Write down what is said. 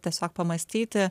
tiesiog pamąstyti